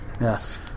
Yes